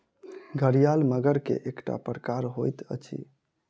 घड़ियाल मगर के एकटा प्रकार होइत अछि